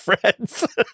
friends